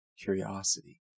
curiosity